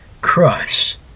crush